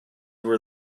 were